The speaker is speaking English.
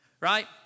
right